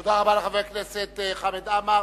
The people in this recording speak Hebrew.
תודה רבה לחבר הכנסת חמד עמאר.